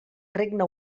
regne